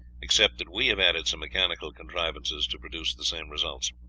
except that we have added some mechanical contrivances to produce the same results.